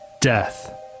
Death